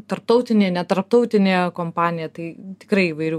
tarptautinė netarptautinė kompanija tai tikrai įvairių